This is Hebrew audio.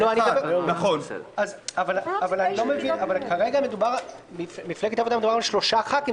אבל כרגע מדובר במפלגת העבודה על שלושה חברי כנסת,